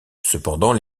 cependant